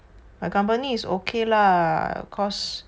my company is okay lah cause